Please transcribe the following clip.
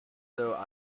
though